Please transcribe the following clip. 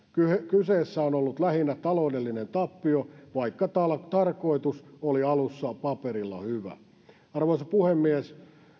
kyseessä on ollut lähinnä taloudellinen tappio vaikka tarkoitus oli alussa paperilla hyvä arvoisa puhemies